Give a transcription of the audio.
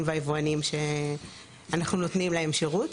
והיבואנים שאנחנו נותנים להם שירות.